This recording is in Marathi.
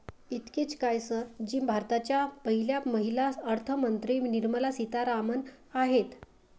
इतकेच काय, सर जी भारताच्या पहिल्या महिला अर्थमंत्री निर्मला सीतारामन आहेत